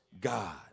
God